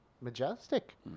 Majestic